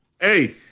hey